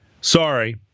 sorry